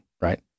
right